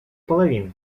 половины